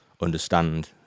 understand